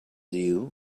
you